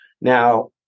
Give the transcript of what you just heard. Now